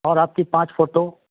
और आपकी पाँच फोटो